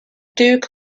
duke